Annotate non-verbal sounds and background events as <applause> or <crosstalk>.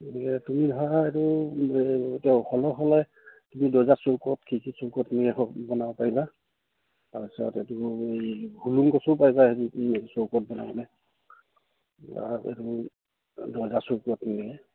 গতিকে তুমি ধৰা <unintelligible> দৰ্জা <unintelligible> কি কি <unintelligible> বনাব পাৰিবা তাৰপিছত এইটো এই হুলুং গছো পাৰিবা সেইটো কি <unintelligible> মানে এইটো দৰ্জা <unintelligible>